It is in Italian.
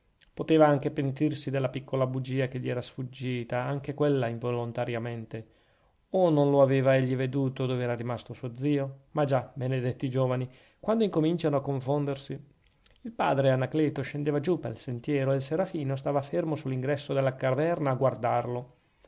poteva anche pentirsi della piccola bugia che gli era sfuggita anche quella involontariamente o non lo aveva egli veduto dov'era rimasto suo zio ma già benedetti giovani quando incominciano a confondersi il padre anacleto scendeva giù pel sentiero e il serafino stava fermo sull'ingresso della caverna a guardarlo